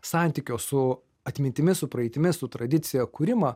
santykio su atmintimi su praeitimi su tradicija kūrimą